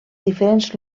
diferents